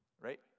Right